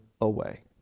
away